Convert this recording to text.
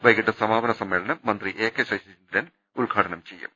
വൈകിട്ട് സമാപന സമ്മേളനം മന്ത്രി എ കെ ശശീന്ദ്രൻ ഉദ്ഘാടനം ചെയ്യും